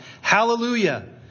hallelujah